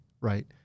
Right